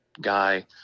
guy